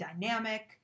dynamic